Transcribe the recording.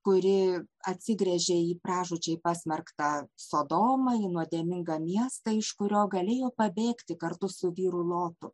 kuri atsigręžė į pražūčiai pasmerktą sodomą į nuodėmingą miestą iš kurio galėjo pabėgti kartu su vyru lotu